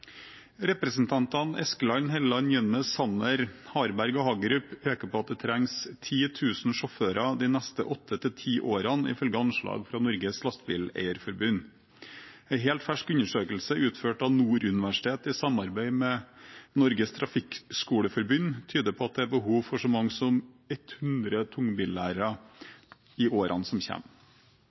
Representantene Eskeland, Helleland, Jønnes, Sanner, Harberg og Hagerup peker på at det trengs 10 000 sjåfører de neste 8–10 årene, ifølge anslag fra Norges Lastebileier-Forbund. En helt fersk undersøkelse utført av Nord universitet i samarbeid med Norges Trafikkskoleforbund tyder på at det er behov for så mange som 100 tungbillærere i årene som